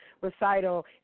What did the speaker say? recital